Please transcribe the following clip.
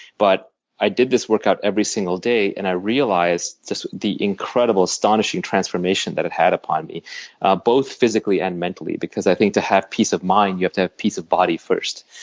but i did this workout every single day and i realized the the incredible, astonishing transformation that it had upon me both physically and mentally. because i think to have peace of mind, you have to have peace of body, first.